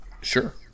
Sure